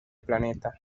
planeta